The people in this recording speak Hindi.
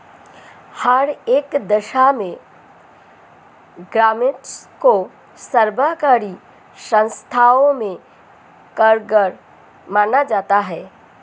हर एक दशा में ग्रास्मेंट को सर्वकारी संस्थाओं में कारगर माना जाता है